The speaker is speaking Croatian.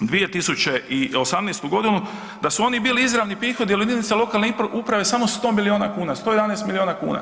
2018. godinu, da su oni bili izravni prihodi il jedinica lokalne uprave samo 100 miliona kuna 111 miliona kuna.